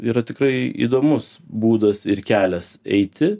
yra tikrai įdomus būdas ir kelias eiti